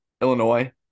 Illinois